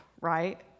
right